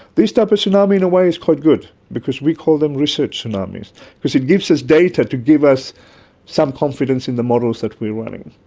this type of tsunami in a way is quite good because we call them research tsunamis because it gives us data to give us some confidence in the models that we are running.